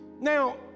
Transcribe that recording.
Now